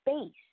space